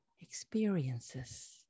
experiences